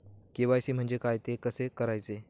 KYC म्हणजे काय? ते कसे करायचे?